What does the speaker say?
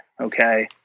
Okay